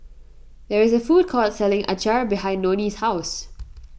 there is a food court selling Acar behind Nonie's house